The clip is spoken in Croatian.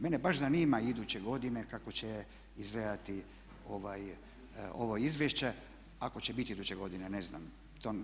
Mene baš zanima iduće godine kako će izgledati ovo izvješće, ako će biti iduće godine, ne znam.